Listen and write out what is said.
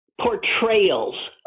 portrayals